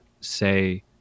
say